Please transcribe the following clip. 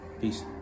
Peace